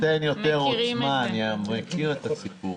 זה נותן יותר עוצמה, אני מכיר את הסיפור.